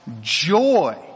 joy